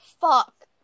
fuck